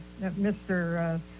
Mr